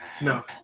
No